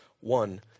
One